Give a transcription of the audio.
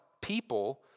people